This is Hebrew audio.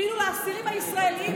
ואילו האסירים הישראלים,